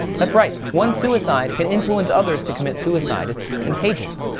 that's right. one suicide can influence others to commit suicide. it's contagious.